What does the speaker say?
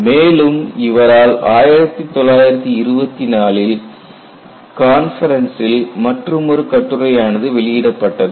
மேலும் இவரால் 1924 ல் கான்பரன்சில் மற்றுமொரு கட்டுரையானது வெளியிடப்பட்டது